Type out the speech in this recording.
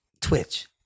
twitch